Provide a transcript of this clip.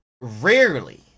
rarely